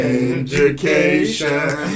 education